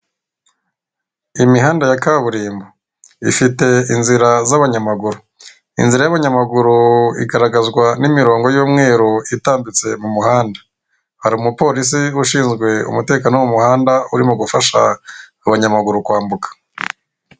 Imihanda ya kaburimbo ifite inzira z'abanyamaguru inzira y'abanyamaguru igaragazwa n'imirongo y'umweru itambitse mu muhanda, hari umupolisi ushinzwe umutekano wo mu muhanda urimo gufasha abanyamaguru kwambuka.